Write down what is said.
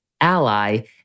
ally